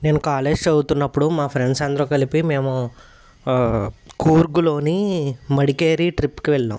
నేను కాలేజ్ చదువుతున్నప్పుడు మా ఫ్రెండ్స్ అందరూ కలిపి మేము కూర్గ్లోని మడికేరి ట్రిప్కి వెళ్ళాం